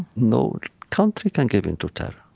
no country can give in to terror.